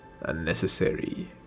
Unnecessary